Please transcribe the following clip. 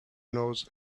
knows